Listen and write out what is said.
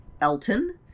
Elton